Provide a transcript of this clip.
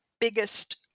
biggest